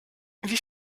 wie